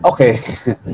okay